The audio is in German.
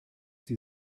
sie